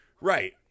Right